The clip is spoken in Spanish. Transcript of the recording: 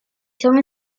son